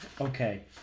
Okay